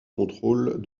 contrôle